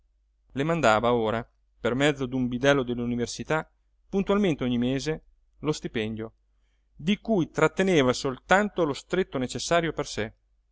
le mandava ora per mezzo d'un bidello dell'università puntualmente ogni mese lo stipendio di cui tratteneva soltanto lo stretto necessario per sé